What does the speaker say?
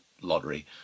lottery